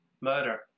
murder